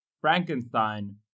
Frankenstein